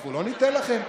אנחנו לא ניתן לכם.